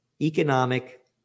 economic